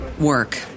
work